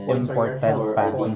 important